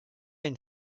une